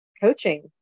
coaching